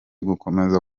gukomeza